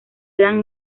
gran